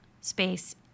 space